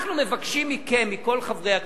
אנחנו מבקשים מכם, מכל חברי הכנסת,